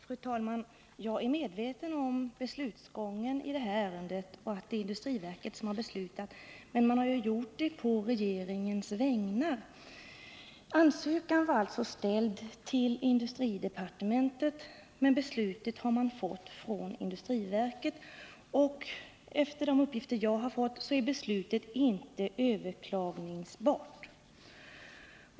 Fru talman! Jag är medveten om beslutsgången i detta ärende och om att det är industriverket som har fattat beslutet, men man har gjort det på regeringens vägnar. Ansökan var alltså ställd till industridepartementet, men beslutet har kommit från industriverket. Enligt de uppgifter som jag har fått är beslutet inte överklagbart.